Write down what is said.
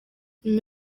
nyuma